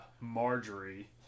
Marjorie